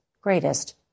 greatest